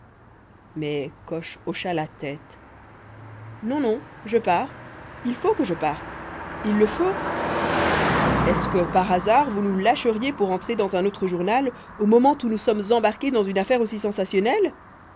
mais coche hocha la tête non non je pars il faut que je parte il le faut est-ce que par hasard vous nous lâcheriez pour entrer dans un autre journal au moment où nous sommes embarqués dans une affaire aussi sensationnelle